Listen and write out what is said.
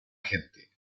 gente